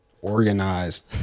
Organized